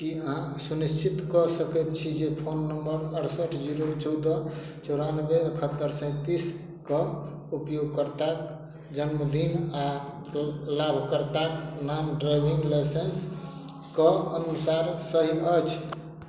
की अहाँ सुनिश्चित कऽ सकैत छी जे फोन नंबर अरसठ जीरो चौदह चौरानबे एकहत्तरि सैंतीसके उपयोगकर्ताक जन्मदिन आ लाभकर्ताक नाम ड्राइविंग लाइसेंस के अनुसार सही अछि